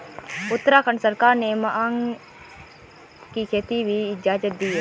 उत्तराखंड सरकार ने भाँग की खेती की इजाजत दी है